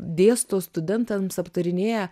dėsto studentams aptarinėja